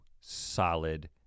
solid